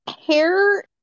hair